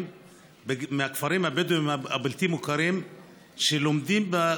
מהכפרים הבדואיים הבלתי-מוכרים שלומדים בהם,